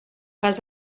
pas